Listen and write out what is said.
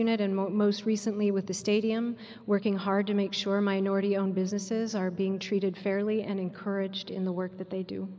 unit and most recently with the stadium working hard to make sure minority owned businesses are being treated fairly and encouraged in the work that they do